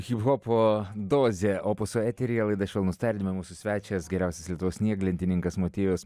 hiphopo dozė opuso eteryje laida švelnūs tardymai mūsų svečias geriausias lietuvos snieglentininkas motiejus